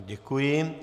Děkuji.